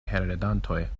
heredantoj